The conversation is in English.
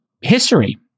history